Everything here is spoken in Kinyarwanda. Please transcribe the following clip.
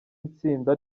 itsinda